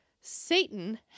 Satan